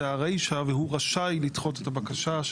זה הרישה והוא רשאי לדחות את הבקשה,